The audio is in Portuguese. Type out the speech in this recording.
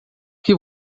que